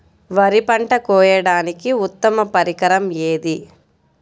వరి పంట కోయడానికి ఉత్తమ పరికరం ఏది?